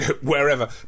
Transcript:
Wherever